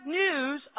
news